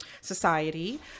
society